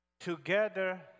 Together